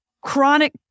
chronic